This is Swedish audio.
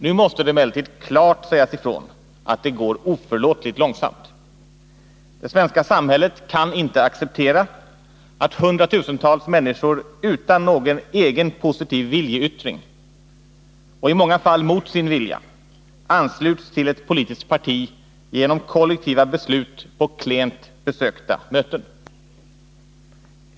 Nu måste det emellertid klart sägas ifrån att det går oförlåtligt långsamt. Det svenska samhället kan inte acceptera att hundratusentals människor utan någon egen positiv viljeyttring och i många fall mot sin vilja ansluts till ett politiskt parti genom kollektiva beslut på klent besökta möten.